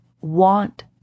want